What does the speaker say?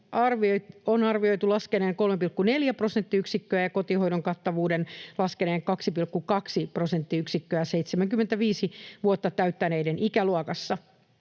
on laskenut 3,4 prosenttiyksikköä ja kotihoidon kattavuus 2,2 prosenttiyksikköä 75 vuotta täyttäneiden ikäluokassa.